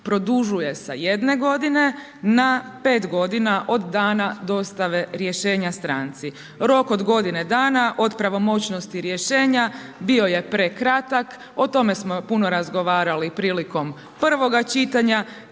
produžuju sa jedne godine, na pet godina, od dana dostave rješenja stranci. Rok od godine dana, od pravomoćnosti rješenja, bio je prekratak, o tome smo puno razgovarali prilikom prvoga čitanja,